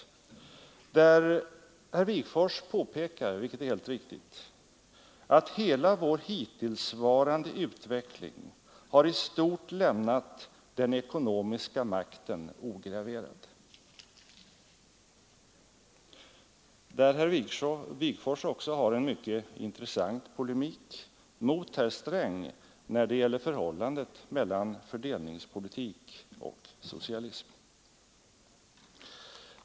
Herr Wigforss påpekar, vilket är alldeles riktigt, att hela vår hittillsvarande utveckling i stort har lämnat den ekonomiska makten ograverad. Herr Wigforss för också en mycket intressant polemik mot herr Sträng när det gäller förhållandet mellan fördelningspolitik och socialism.